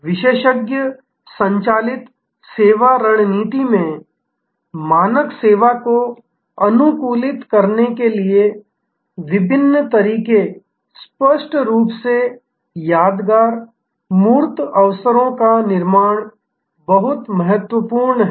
विशेषज्ञ संचालित सेवा रणनीति में मानक सेवा को अनुकूलित करने के विभिन्न तरीके स्पष्ट रूप से यादगार मूर्त अवसरों का निर्माण बहुत महत्वपूर्ण है